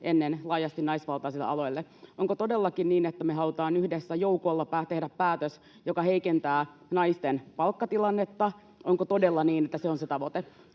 ennen laajasti naisvaltaisille aloille. Onko todellakin niin, että me halutaan yhdessä joukolla tehdä päätös, joka heikentää naisten palkkatilannetta? Onko todella niin, että se on se tavoite?